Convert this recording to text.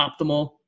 optimal